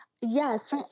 Yes